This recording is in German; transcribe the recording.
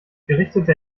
gerichtete